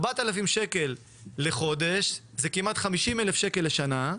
4,000 ש"ח לחודש זה כמעט 50,000 ש"ח לשנה.